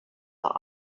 are